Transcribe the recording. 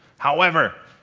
however,